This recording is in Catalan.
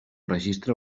registre